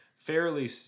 Fairly